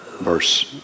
verse